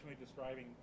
describing